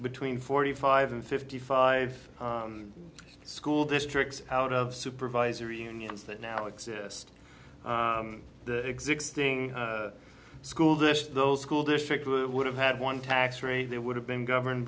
between forty five and fifty five school districts out of supervisory unions that now exist the existing school this those school districts would have had one tax rate that would have been governed